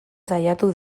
saiatu